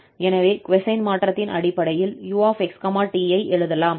எனவே கொசைன் மாற்றத்தின் அடிப்படையில் 𝑢 𝑥 𝑡 ஐ எழுதலாம்